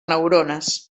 neurones